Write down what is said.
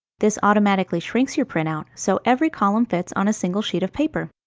this automatically shrinks your printout so every column fits on a single sheet of paper.